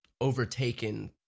overtaken